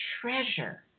treasure